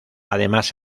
además